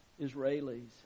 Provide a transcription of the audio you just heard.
Israelis